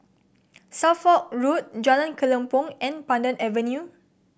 Suffolk Road Jalan Kelempong and Pandan Avenue